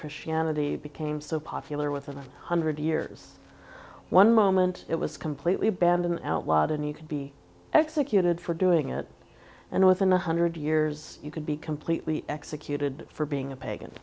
christianity became so popular within a hundred years one moment it was completely banned and outlawed and you could be executed for doing it and within a hundred years you could be completely executed for being a pagan